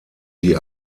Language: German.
die